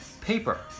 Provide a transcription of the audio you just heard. paper